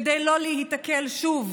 כדי לא להיתקל שוב